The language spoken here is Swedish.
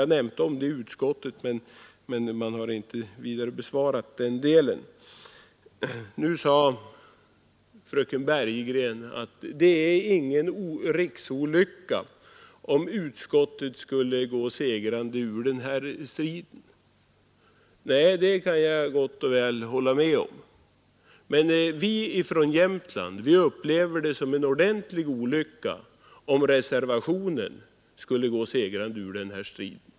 Jag har nämnt det i utskottet, men frågan har inte vidare besvarats. Fröken Bergegren sade att det inte är någon riksolycka om utskottsmajoriteten skulle gå segrande ur den här striden. Nej, det kan jag hålla med om. Men vi från Jämtlands län upplever det som en ordentlig olycka om reservationen skulle gå segrande ur den här striden.